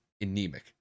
anemic